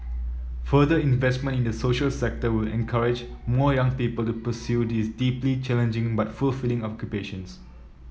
further investment in the social sector will encourage more young people to pursue these deeply challenging but fulfilling occupations